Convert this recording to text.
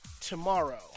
tomorrow